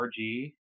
RG